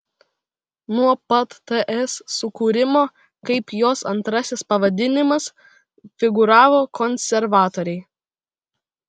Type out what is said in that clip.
nuo pat ts sukūrimo kaip jos antrasis pavadinimas figūravo konservatoriai